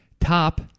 Top